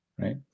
right